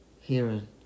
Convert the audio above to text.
hearing